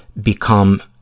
become